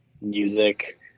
music